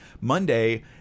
Monday